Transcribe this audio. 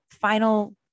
final